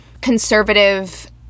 conservative